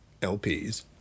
LPs